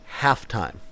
halftime